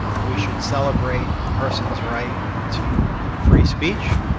we should celebrate a person's right to free speech.